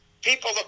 People